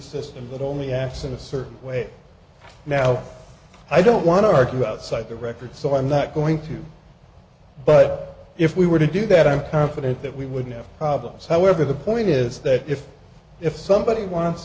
system but only after the certain way now i don't want to argue outside the record so i'm not going to but if we were to do that i'm confident that we wouldn't have problems however the point is that if if somebody wants